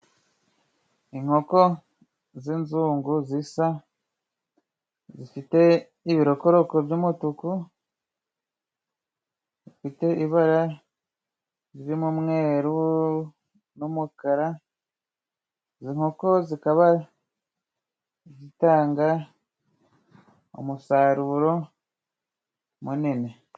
Inkoko z'inzungu zisa, zifite ibirokoko by'umutuku bifite ibara ririmo umweru n'umukara. Izi nkoko zikaba zitanga umusaruro munini.